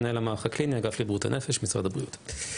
מנהל המערך הקליני באגף לבריאות הנפש במשרד הבריאות.